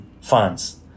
funds